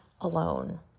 alone